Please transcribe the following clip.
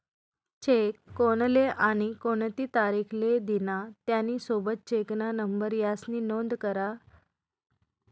check कोनले आणि कोणती तारीख ले दिना, त्यानी सोबत चेकना नंबर यास्नी नोंद करा